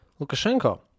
Lukashenko